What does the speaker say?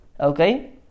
Okay